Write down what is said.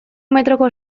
metroko